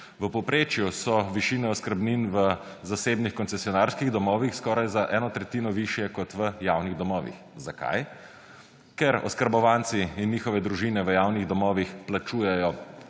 V povprečju so višine oskrbnin v zasebnih koncesionarskih domovih skoraj za eno tretjino višje kot v javnih domovih. Zakaj? Ker oskrbovanci in njihove družine v javnih domovih plačujejo